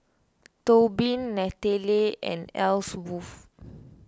Tobin Natalie and Ellsworth